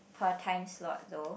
per time slot though